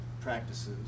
practices